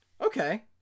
Okay